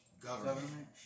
Government